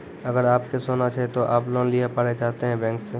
अगर आप के सोना छै ते आप लोन लिए पारे चाहते हैं बैंक से?